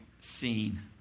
scene